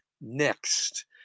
next